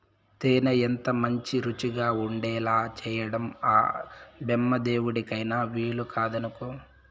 తేనె ఎంతమంచి రుచిగా ఉండేలా చేయడం ఆ బెమ్మదేవుడికైన వీలుకాదనుకో